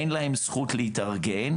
אין להם זכות להתארגן,